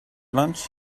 lunch